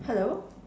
hello